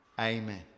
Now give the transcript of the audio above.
Amen